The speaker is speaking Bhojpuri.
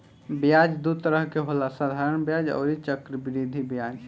ब्याज दू तरह के होला साधारण ब्याज अउरी चक्रवृद्धि ब्याज